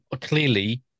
clearly